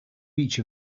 each